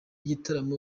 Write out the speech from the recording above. gitaramo